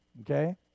okay